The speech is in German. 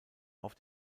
auf